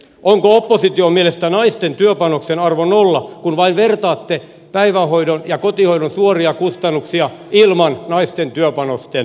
onko opposition mielestä naisten työpanoksen arvo nolla kun vain vertaatte päivähoidon ja kotihoidon suoria kustannuksia ilman naisten työpanosten huomioon ottamista